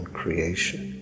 creation